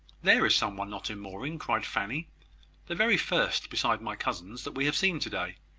there is somebody not in mourning, cried fanny the very first, besides my cousins, that we have seen to-day.